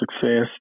success